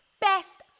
Best